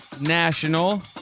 National